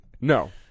No